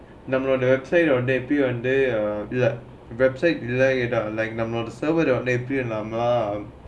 நம்மேலோதே:nammalothae website வந்தே இல்லே:vanthae illae server வந்தே இல்லாமே:vanthae illammae